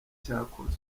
cyakozwe